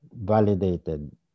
validated